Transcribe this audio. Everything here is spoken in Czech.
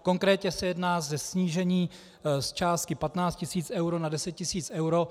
Konkrétně se jedná o snížení z částky 15 tisíc eur na 10 tisíc eur.